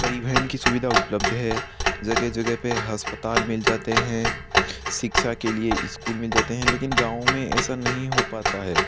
परिवहन की सुविधा उपलब्ध है जगह जगह पर हस्पताल मिल जाते हैं शिक्षा के लिए स्कूल मिल जाते हैं लेकिन गाँव में ऐसा नहीं हो पाता है